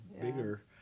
bigger